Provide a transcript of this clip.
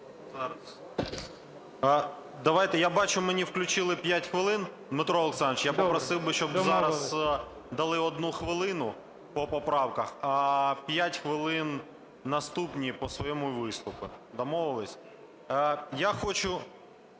Д.В. Я бачу, мені включили 5 хвилин. Дмитро Олександрович, я попросив би, щоб зараз дали одну хвилину по поправках, а 5 хвилин наступні – по своєму виступу. Домовилися? Я хочу…